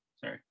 Sorry